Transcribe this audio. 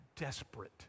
desperate